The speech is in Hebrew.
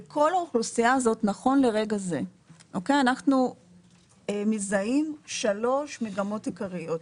בכל האוכלוסייה הזאת נכון לרגע זה אנחנו מזהים שלוש מגמות עיקריות.